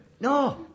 No